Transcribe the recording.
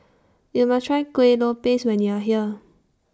YOU must Try Kuih Lopes when YOU Are here